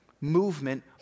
movement